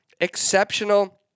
exceptional